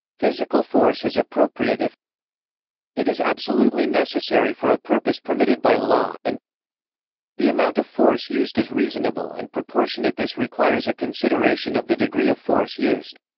physical force is appropriate if it is absolutely necessary for a purpose permitted by law, and the amount of force used is reasonable and proportionatethis requires a consideration of the degree of force used.